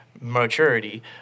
maturity